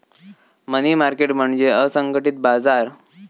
मनी market म्हणजे असंघटित बाजार